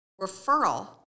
Referral